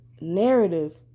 narrative